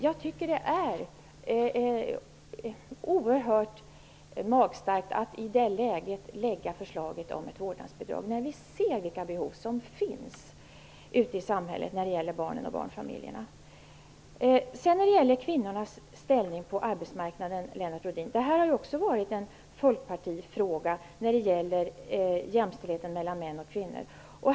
Jag tycker att det är oerhört magstarkt att lägga fram förslaget om vårdnadsbidrag i detta läge, när vi ser vilka behov som finns ute i samhället för barnen och barnfamiljerna. Kvinnornas ställning på arbetsmarknaden har också varit en folkpartifråga när det gäller jämställdheten mellan män och kvinnor.